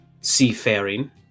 seafaring